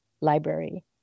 library